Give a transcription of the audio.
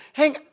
hang